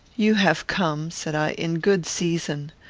you have come, said i, in good season.